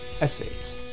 essays